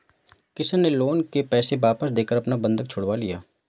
किशन ने लोन के पैसे वापस देकर अपना बंधक छुड़वा लिया